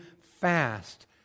fast